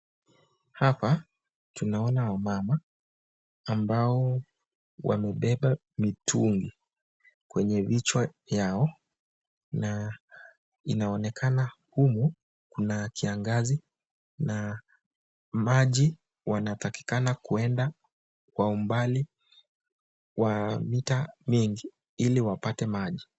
Hapa tunaona wamama ambao wamebeba mitungi kwenye vichwa yao, na inaonekana humu kuna kiangazi na maji wanatakikana kuenda kwa umbali wa mita mingi ili wapate maji.